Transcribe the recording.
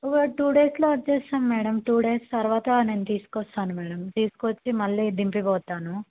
ఒక టూ డేస్లో వస్తాం మ్యాడమ్ టూ డేస్ తర్వాత నేను తీసుకు వస్తాను మ్యాడమ్ తీసుకు వచ్చి మళ్ళీ దింపి పోతాను